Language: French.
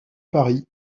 paris